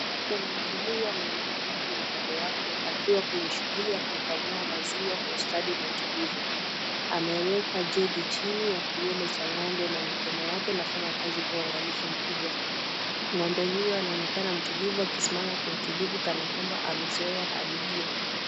Mwanamke huyu ameinama karibu na ng'ombe wake akiwa kwenye shughuli ya kumkamua maziwa kwa ustadi na utulivu. Ameweka jagi chini ya kiwele cha ng'ombe na mikono yake inafanya kazi kwa uangalifu mkubwa.Ng'ombe huyu anaonekana mtulivu akisimama kwa utulivu kana kwamba amezoea hali hiyo.